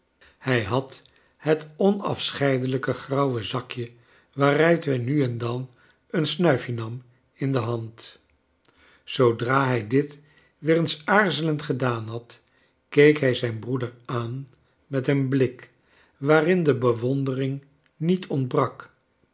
hij had het onafscheidelijke grauwe zakje waaruit hij nu en dan een snuifje nam in de hand zoodra hij dit weer eens aarzelend gedaan had keek hij zijn broeder aan met een blik waarin de bewondering niet ontbvak